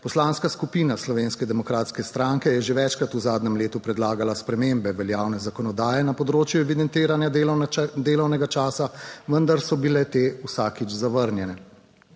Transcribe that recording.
Poslanska skupina Slovenske demokratske stranke je že večkrat v zadnjem letu predlagala spremembe veljavne zakonodaje na področju evidentiranja delovnega časa, vendar so bile te vsakič zavrnjene.